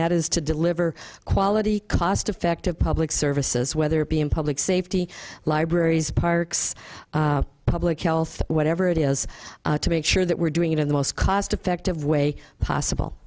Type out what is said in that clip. that is to deliver quality cost effective public services whether it be in public safety libraries parks public health whatever it is to make sure that we're doing it in the most cost effective way possible